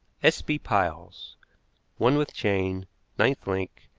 s. b. piles one with chain ninth link.